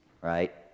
right